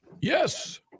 Yes